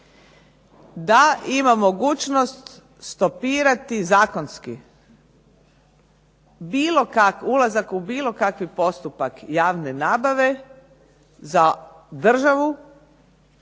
da ima mogućnost stopirati zakonski, ulazak u bilo kakav postupak javne nabave za državu